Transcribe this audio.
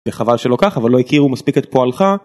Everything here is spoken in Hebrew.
חבל שלא ככה אבל לא הכירו מספיק את פועלך.